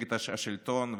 מפלגת השלטון,